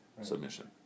Submission